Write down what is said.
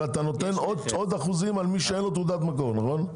עוד אחוזים למי שאין לו תעודת מקור, נכון?